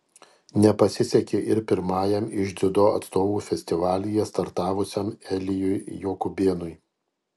nepasisekė ir pirmajam iš dziudo atstovų festivalyje startavusiam elijui jokubėnui